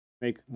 make